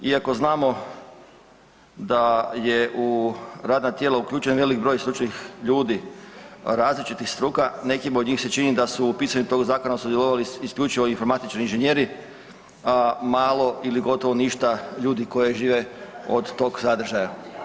Iako znamo da je u radna tijela uključen veliki broj stručnih ljudi različitih struka nekim od njih se čini da su u pisanju tog zakona sudjelovali informatičari inženjeri, a malo ili gotovo ništa ljudi koji žive od tog sadržaja.